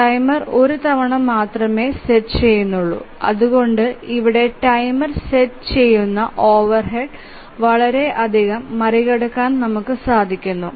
timer ഒരു തവണ മാത്രമേ സെറ്റ് ചെയുന്നു അതുകൊണ്ട് ഇവിടെ ടൈമർ സെറ്റ് ചെയുന്ന ഓവർഹെഡ് വളരെ അതികം മറികടക്കാൻ സാധിക്കുന്നു